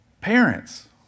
Parents